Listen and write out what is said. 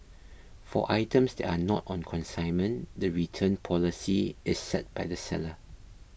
for items that are not on consignment the return policy is set by the seller